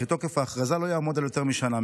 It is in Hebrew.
וכי תוקף ההכרזה לא יעמוד על יותר משנה.